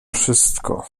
wszystko